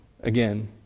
again